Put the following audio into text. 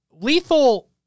lethal